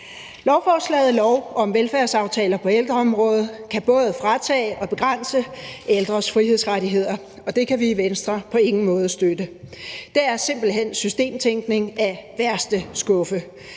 forslag om lov om velfærdsaftaler på ældreområdet, kan både fratage og begrænse ældres frihedsrettigheder. Det kan vi i Venstre på ingen måde støtte. Det er simpelt hen systemtænkning af værste skuffe.